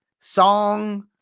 Song